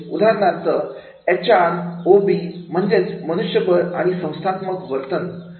उदाहरणार्थएच R O B म्हणजेच मनुष्य बळ आणि संस्थात्मक वर्तणूक